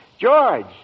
George